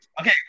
Okay